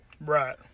Right